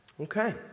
Okay